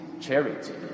charity